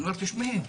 תשמעי,